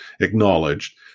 acknowledged